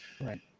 right